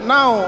Now